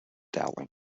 dowling